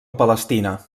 palestina